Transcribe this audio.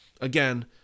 Again